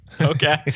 Okay